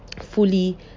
fully